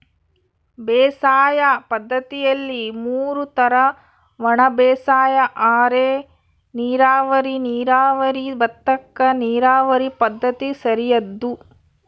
ಬೇಸಾಯ ಪದ್ದತಿಯಲ್ಲಿ ಮೂರು ತರ ಒಣಬೇಸಾಯ ಅರೆನೀರಾವರಿ ನೀರಾವರಿ ಭತ್ತಕ್ಕ ನೀರಾವರಿ ಪದ್ಧತಿ ಸರಿಯಾದ್ದು